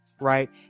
right